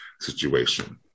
situation